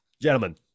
gentlemen